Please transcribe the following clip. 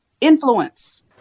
influence